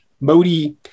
Modi